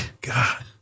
God